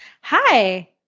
Hi